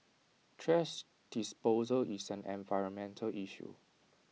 thrash disposal is an environmental issue